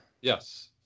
Yes